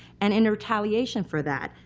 and in retaliation for that,